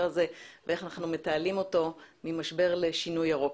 הזה ואיך אנחנו מתעלים אותו ממשבר לשינוי ירוק.